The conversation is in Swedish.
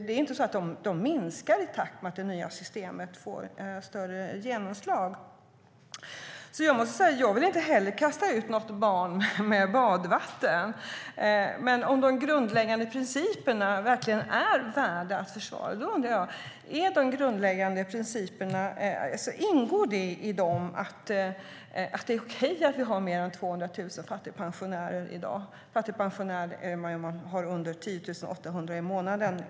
Det är inte så att antalet minskar i takt med att det nya systemet får större genomslag. Inte heller jag vill kasta ut barnet med badvattnet, men om de grundläggande principerna verkligen är värda att försvara undrar jag om i det ingår att det är okej att vi har fler än 200 000 fattigpensionärer i dag; fattigpensionär är man enligt EU om man har under 10 800 i månaden.